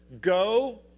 go